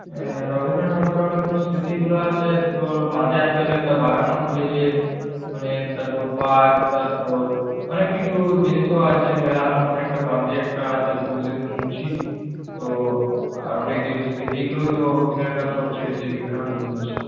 হ্যাঁ রবীন্দ্রনাথ ঠাকুরের অনেকগুলো স্মৃতিগুলো আছে তারপর পাশে আজকাল একটা বাগানও খুলেছে মানে তারপর পার্ক তারপর অনেক কিছু জিনিসও আছে মেলার মতন একটা পাশে একটা আজকাল বসে শুনছি তো আর অনেক কিছু স্মৃতিগুলোই তো আপনার সবচেয়ে বেশি বিখ্যাত জিনিস